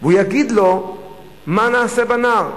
והוא יגיד לו מה נעשה בנער.